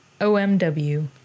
OMW